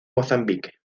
mozambique